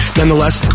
nonetheless